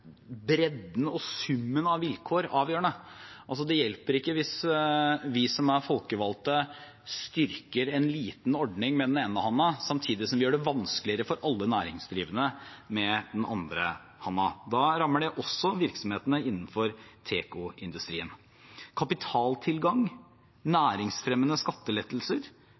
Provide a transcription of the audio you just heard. bredden og summen av vilkår avgjørende. Det hjelper ikke hvis vi som er folkevalgte, styrker en liten ordning med den ene hånden, samtidig som vi gjør det vanskeligere for alle næringsdrivende med den andre hånden. Da rammer det også virksomhetene innenfor tekoindustrien. Kapitaltilgang, næringsfremmende skattelettelser,